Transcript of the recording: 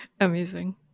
Amazing